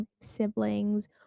siblings